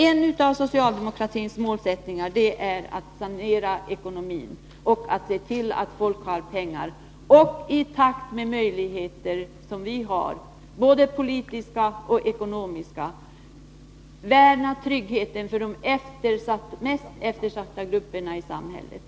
En av socialdemokratins målsättningar är att sanera ekonomin, se till att folk har arbete och i takt med våra möjligheter, både politiska och ekonomiska, värna tryggheten för de mest eftersatta grupperna i samhället.